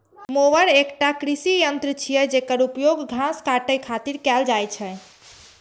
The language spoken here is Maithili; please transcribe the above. मोवर एकटा कृषि यंत्र छियै, जेकर उपयोग घास काटै खातिर कैल जाइ छै